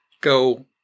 go